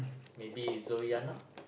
maybe Joanna